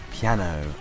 piano